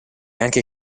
anche